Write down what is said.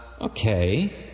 okay